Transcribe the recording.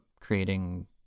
creating